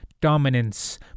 dominance